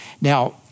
Now